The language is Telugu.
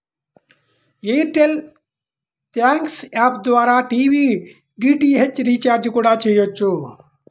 ఎయిర్ టెల్ థ్యాంక్స్ యాప్ ద్వారా టీవీ డీటీహెచ్ రీచార్జి కూడా చెయ్యొచ్చు